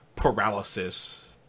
paralysis